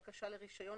בקשה לרישיון,